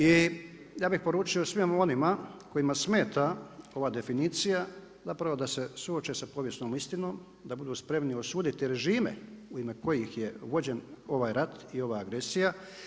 I ja bih poručio svima onima kojima smeta ova definicija zapravo da se suoče sa povijesnom istinom, da budu spremni osuditi režime u ime kojih je vođen ovaj rat i ova agresija.